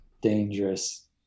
dangerous